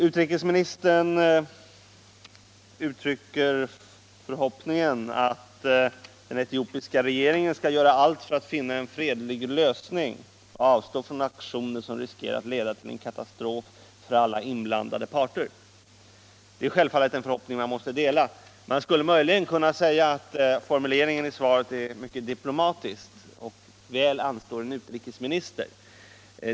Utrikesministern uttrycker förhoppningen ”att den etiopiska regeringen skall göra allt för att finna en fredlig lösning och att den skall avstå från aktioner som riskerar att leda till en katastrof för alla inblandade parter”. Det är självfallet en förhoppning som man måste dela. Man skulle möjligen kunna säga att formuleringen i svaret är mycket diplomatisk och väl anstår en utrikesminister.